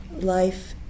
life